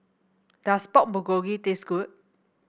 does Pork Bulgogi taste good